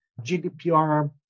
GDPR